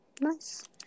Nice